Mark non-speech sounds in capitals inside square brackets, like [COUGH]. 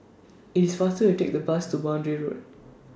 It's faster to Take The Bus to Boundary Road [NOISE]